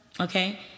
Okay